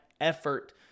effort